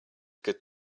good